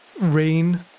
rain